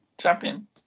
champion